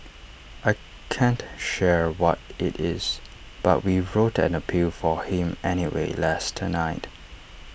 I can't share what IT is but we wrote an appeal for him anyway last night